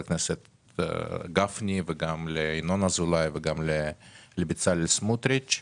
לחברי הכנסת גפני, ינון אזולאי ובצלאל סמוטריץ'.